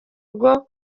rwo